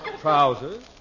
Trousers